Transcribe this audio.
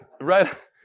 right